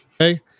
Okay